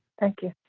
thank you.